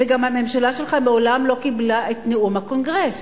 וגם הממשלה שלך מעולם לא קיבלה את נאום הקונגרס.